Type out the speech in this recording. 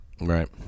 Right